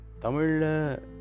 Tamil